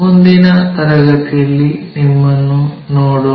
ಮುಂದಿನ ತರಗತಿಯಲ್ಲಿ ನಿಮ್ಮನ್ನು ನೋಡೋಣ